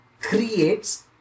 creates